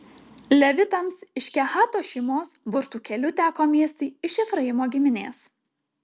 levitams iš kehato šeimos burtų keliu teko miestai iš efraimo giminės